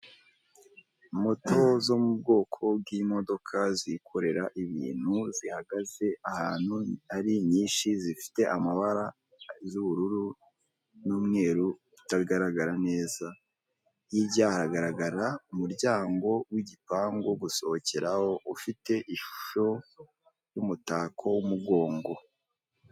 Moto zo mu bwoko bw'imodoka zikorera ibintu zihagaze ahantu ari nyinshi zifite amabara z'ubururu n'umweru utagaragara neza hirya hagaragara umuryango w'gipangu gusohokeraho ufite ishusho y'umutako w'umugongo.